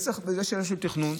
זו שאלה של תכנון.